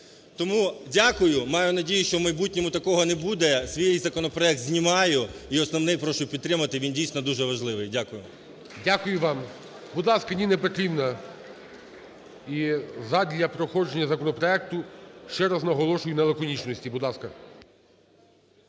Тому дякую. Маю надію, що в майбутньому такого не буде. Свій законопроект знімаю. І основний прошу підтримати. Він, дійсно, дуже важливий. Дякую. ГОЛОВУЮЧИЙ. Дякую вам. Будь ласка. Ніна Петрівна. І задля проходження законопроекту, ще раз наголошую на лаконічності. Будь ласка.